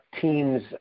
teams